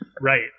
Right